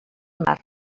mar